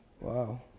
Wow